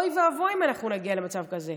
אוי ואבוי אם אנחנו נגיע למצב כזה.